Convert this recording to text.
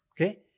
Okay